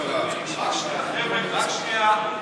חבר'ה, רק שנייה.